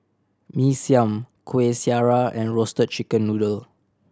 Mee Siam Kuih Syara and Roasted Chicken Noodle